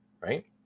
right